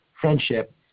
friendship